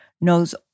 knows